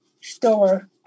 store